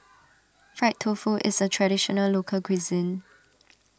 Fried Tofu is a Traditional Local Cuisine